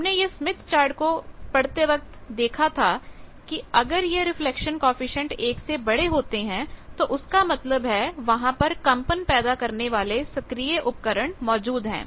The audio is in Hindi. हमने यह स्मिथ चार्ट को पढ़ते वक्त देखा था कि अगर यह रिफ्लेक्शन कॉएफिशिएंट 1 से बड़े होते हैं तो उसका मतलब है वहां कंपन पैदा करने वाले सक्रिय उपकरण मौजूद हैं